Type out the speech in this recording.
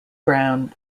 brown